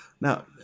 Now